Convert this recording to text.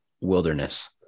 wilderness